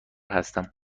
هستم